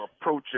approaching